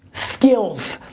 skills,